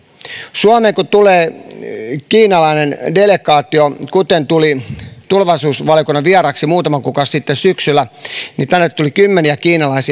suomeen tulee kiinalainen delegaatio kuten tuli tulevaisuusvaliokunnan vieraaksi muutama kuukausi sitten syksyllä kun tänne eduskuntaan tuli kymmeniä kiinalaisia